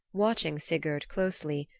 watching sigurd closely,